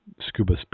scuba